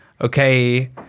okay